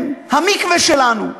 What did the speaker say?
הם המקווה שלנו.